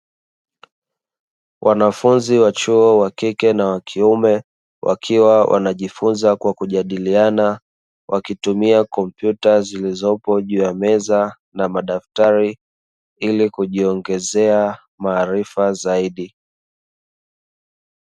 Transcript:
Wanafunzi wa chuo wakike na wakiume wakiwa wanajifunza kwa kujadiliana, wakitumia kompyuta zilizopo juu ya meza, na madaftari ili kujiongezea maarifa zaidi.